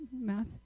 Math